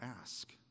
ask